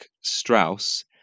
Strauss